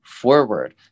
forward